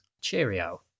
Cheerio